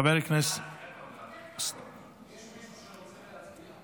יש מישהו שרוצה לדבר?